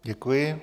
Děkuji.